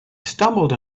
stumbled